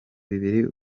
bibiri